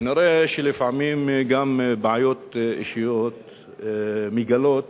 כנראה לפעמים גם בעיות אישיות מגלות